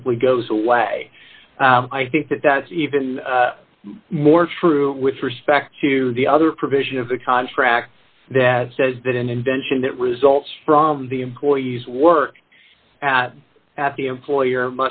simply goes away d i think that that's even more true with respect to the other provision of the contract that says that an invention that results from the employee's work at the employer